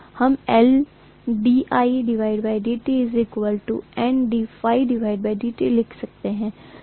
हम Ldidt Nddtलिख सकते हैं